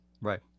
Right